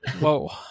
Whoa